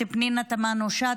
תודה רבה, כבוד היושב-ראש.